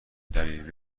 دلیل